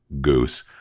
goose